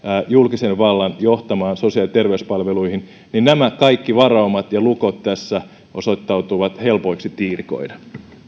julkisen vallan johtamiin sosiaali ja terveyspalveluihin niin nämä kaikki varaumat ja lukot tässä osoittautuvat helpoiksi tiirikoida